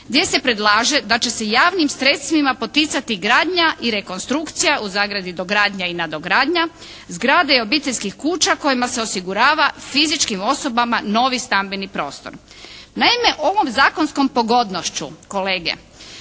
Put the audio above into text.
gdje se predlaže da će se javnim sredstvima poticati gradnja i rekonstrukcija, u zagradi dogradnja i nadogradnja, zgrade i obiteljskih kuća kojim se osigurava fizičkim osobama novi stambeni prostor. Naime ovom zakonskom pogodnošću kolege,